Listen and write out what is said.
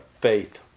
faith